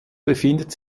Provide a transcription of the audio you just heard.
befindet